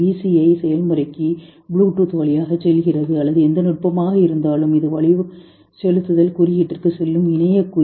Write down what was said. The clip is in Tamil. ஐ செயல்முறைக்கு ப்ளூ டூத் வழியாக செல்கிறது அல்லது எந்த நுட்பமும் இருந்தாலும் இது வழிசெலுத்தல் குறியீட்டிற்கு செல்லும் இணைய குறியீடு